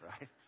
Right